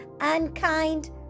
unkind